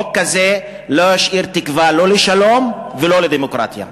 חוק כזה לא ישאיר תקווה לא לשלום ולא לדמוקרטיה.